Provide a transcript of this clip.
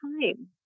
time